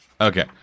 Okay